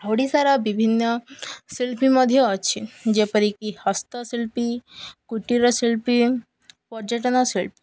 ଓଡ଼ିଶାର ବିଭିନ୍ନ ଶିଳ୍ପୀ ମଧ୍ୟ ଅଛି ଯେପରିକି ହସ୍ତଶିଳ୍ପୀ କୁଟୀର ଶିଳ୍ପୀ ପର୍ଯ୍ୟଟନ ଶିଳ୍ପୀ